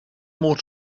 more